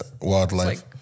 wildlife